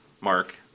Mark